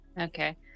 okay